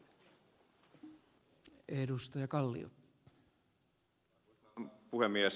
arvoisa puhemies